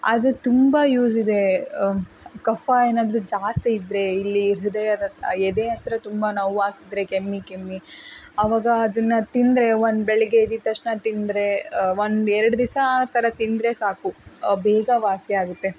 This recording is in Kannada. ಅದು ತುಂಬ ಯೂಸ್ ಇದೆ ಕಫ ಏನಾದರೂ ಜಾಸ್ತಿ ಇದ್ದರೆ ಇಲ್ಲಿ ಹೃದಯದ ಎದೆ ಹತ್ರ ತುಂಬ ನೋವಾಗ್ತಿದ್ದರೆ ಕೆಮ್ಮಿ ಕೆಮ್ಮಿ ಅವಾಗ ಅದನ್ನು ತಿಂದರೆ ಒಂದು ಬೆಳಗ್ಗೆ ಎದ್ದಿದ್ದ ತಕ್ಷಣ ಅದು ತಿಂದರೆ ಒಂದೆರಡು ದಿವಸ ಆ ಥರ ತಿಂದರೆ ಸಾಕು ಬೇಗ ವಾಸಿ ಆಗುತ್ತೆ